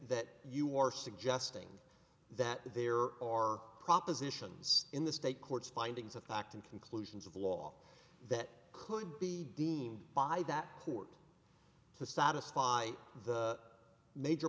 that you are suggesting that there are propositions in the state courts findings of fact and conclusions of law that could be deemed by that court to satisfy the major